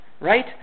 right